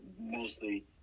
mostly